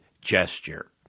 gesture